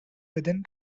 within